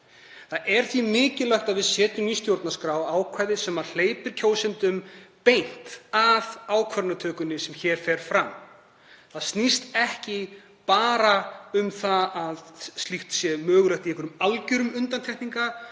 Það er því mikilvægt að við setjum í stjórnarskrá ákvæði sem hleypir kjósendum beint að ákvarðanatökunni sem hér fer fram. Það snýst ekki bara um að slíkt sé mögulegt í einhverjum algjörum undantekningartilfellum